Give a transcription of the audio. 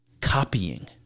copying